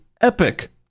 Epic